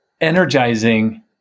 energizing